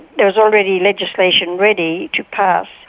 there was already legislation ready to pass.